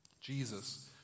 Jesus